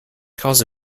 cause